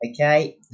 okay